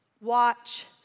watch